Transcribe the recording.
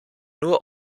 nur